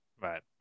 right